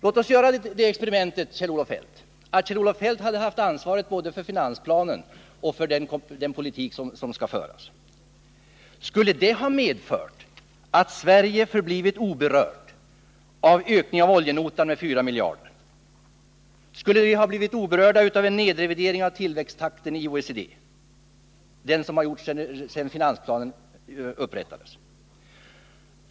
Låt oss göra experimentet att Kjell-Olof Feldt hade haft ansvaret för finansplanen och för den politik som skall föras. Skulle det ha medfört att Sverige förblivit oberört av ökningen av oljenotan med 4 miljarder? Skulle vi ha blivit oberörda av den nedrevidering av tillväxttakten i OECD som gjorts sedan finansplanen upprättades?